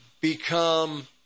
become